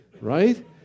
right